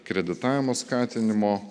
kreditavimo skatinimo